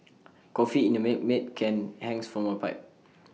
coffee in A Milkmaid can hangs from A pipe